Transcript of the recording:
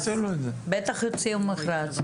בטח יוציאו מכרז.